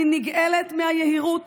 אני נגעלת מהיהירות